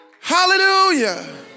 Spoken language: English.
hallelujah